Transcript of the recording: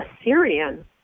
Assyrian